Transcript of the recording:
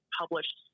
published